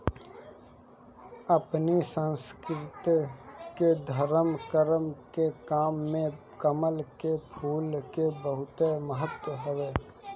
अपनी संस्कृति में धरम करम के काम में कमल के फूल के बहुते महत्व हवे